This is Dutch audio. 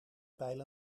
pijl